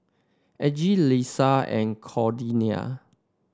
Algie Leesa and Cordelia